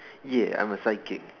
ya I'm a psychic